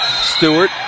Stewart